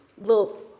little